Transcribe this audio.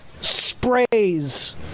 sprays